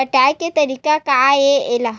पटाय के तरीका का हे एला?